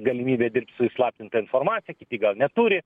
galimybę dirbt su įslaptinta informacija kiti gal neturi